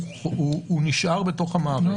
נשאר בתוך המערכת.